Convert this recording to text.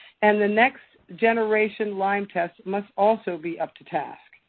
and the next generation lyme test must also be up to task.